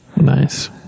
Nice